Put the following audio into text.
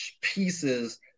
pieces